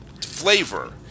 flavor